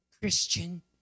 Christian